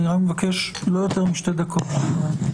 אני רק מבקש, לא יותר משתי דקות, בבקשה.